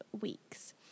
weeks